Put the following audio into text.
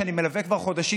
שאני מלווה כבר חודשים,